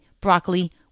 broccoli